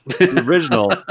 Original